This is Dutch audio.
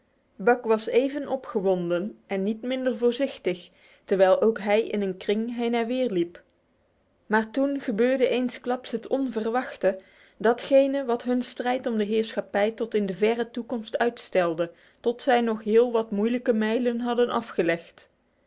buck was even opgewonden en niet minder voorzichtig terwijl ook hij in een kring heen en weer liep maar toen gebeurde eensklaps het onverwachte datgene wat hun strijd om de heerschappij tot in de verre toekomst uitstelde tot zij nog heel wat moeilijke mijlen hadden afgelegd